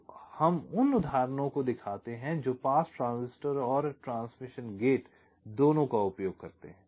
तो हम उन उदाहरणों को दिखाते हैं जो पास ट्रांजिस्टर और ट्रांसमिशन गेट दोनों का उपयोग करते हैं